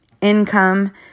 income